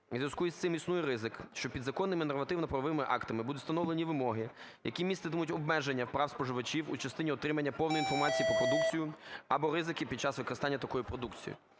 зв'язку із цим існує ризик, що підзаконними нормативно-правовими актами будуть встановлені вимоги, які міститимуть обмеження прав споживачів у частині отримання повної інформації про продукцію або ризики під час використання такої продукції.